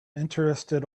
interested